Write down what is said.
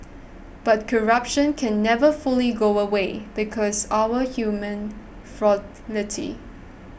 but corruption can never fully go away because our human